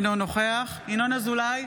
אינו נוכח ינון אזולאי,